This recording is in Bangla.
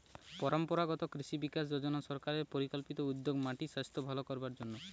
পরম্পরাগত কৃষি বিকাশ যজনা সরকারের পরিকল্পিত উদ্যোগ মাটির সাস্থ ভালো করবার জন্যে